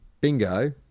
Bingo